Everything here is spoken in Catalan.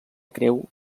creu